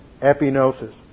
epinosis